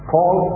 Paul